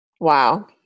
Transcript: Wow